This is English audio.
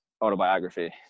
autobiography